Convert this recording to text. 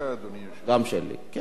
גם שלי, כן, גם שלי.